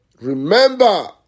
Remember